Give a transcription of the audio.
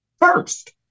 first